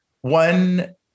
One